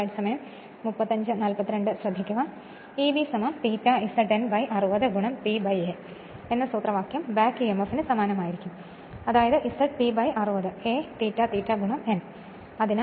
Eb ∅ Z N 60 P A എന്ന സൂത്രവാക്യം back ഇഎംഎഫിന് സമാനമായിരിക്കും അതായത് ZP 60 A ∅∅ N